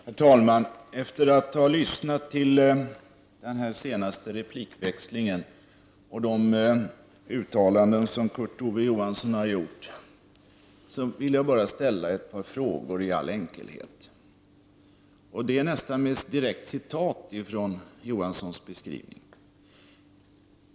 Herr talman! Efter att ha lyssnat till den senaste replikväxlingen och de uttalanden som Kurt Ove Johansson har gjort vill jag ställa ett par frågor i all enkelhet. Detta är nästan direktcitat från Johanssons beskrivning.